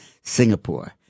Singapore